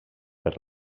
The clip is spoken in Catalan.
per